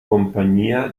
compagnia